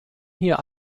hier